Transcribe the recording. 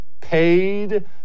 Paid